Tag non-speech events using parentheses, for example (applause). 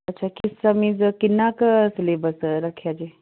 ਅੱਛਾ ਕਿਸ ਸਮੇਂ (unintelligible) ਕਿੰਨਾ ਕੁ ਸਿਲੇਬਸ ਰੱਖਿਆ ਜੇ